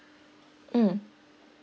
mm